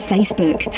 Facebook